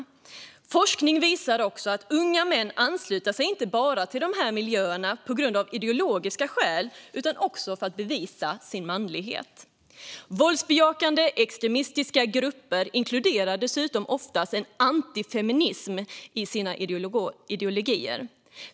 Forskning visar också att unga män ansluter sig till dessa miljöer inte enbart av ideologiska skäl utan också för att bevisa sin manlighet. Våldsbejakande extremistiska grupper inkluderar dessutom ofta antifeminism i sina ideologier.